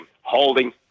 holding